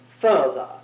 further